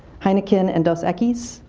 heineken, and dos equis,